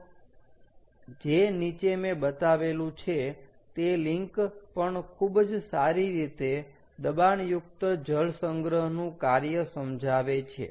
તો જે નીચે મેં બતાવેલું છે તે લિન્ક પણ ખૂબ જ સારી રીતે દબાણયુકત જળ સંગ્રહનું કાર્ય સમજાવે છે